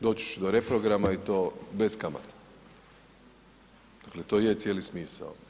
Dći će do reprograma i to bez kamata jer to je cijeli smisao.